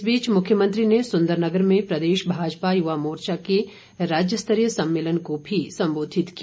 इस बीच मुख्यमंत्री ने सुंदरनगर में प्रदेश भाजपा युवा मोर्चा के राज्य स्तरीय सम्मेलन को भी संबोधित किया